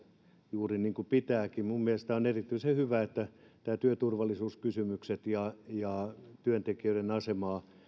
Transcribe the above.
juuri niin kuin pitääkin mielestäni on erityisen hyvä että työturvallisuuskysymyksiä ja työntekijöiden asemaa